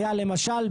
הם למשל,